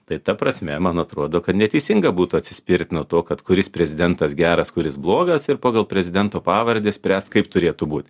tai ta prasme man atrodo kad neteisinga būtų atsispirti nuo to kad kuris prezidentas geras kuris blogas ir pagal prezidento pavardę spręst kaip turėtų būt